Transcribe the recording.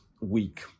week